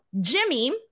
Jimmy